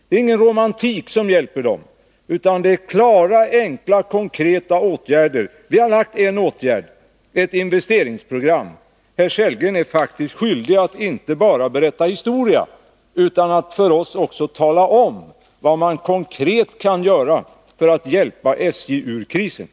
Det är ingen romantik som hjälper SJ, utan det är klara, enkla, konkreta åtgärder.